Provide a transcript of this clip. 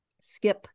skip